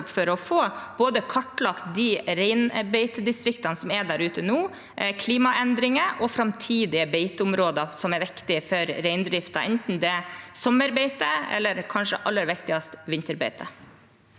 for å få kartlagt både de reinbeitedistriktene som er der ute nå, klimaendringer og framtidige beiteområder som er viktige for reindriften, enten det er sommerbeite eller – kanskje